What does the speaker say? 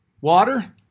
Water